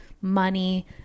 money